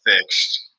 fixed